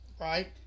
Right